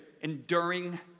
enduring